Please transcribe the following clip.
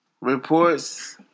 Reports